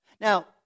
Now